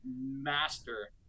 master